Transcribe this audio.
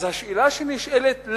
השאלה שנשאלת,